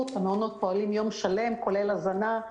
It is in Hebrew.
אני מזמינה אתכם להצטרף אלינו כדי לראות איך הדברים מתנהלים